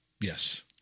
Yes